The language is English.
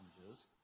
challenges